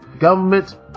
Government